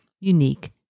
unique